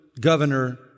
governor